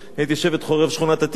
הייתי בשבט "חורב" בשכונת-התקווה.